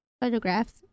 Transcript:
photographs